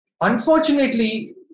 Unfortunately